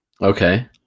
Okay